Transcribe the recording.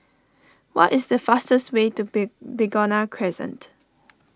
what is the fastest way to Big Begonia Crescent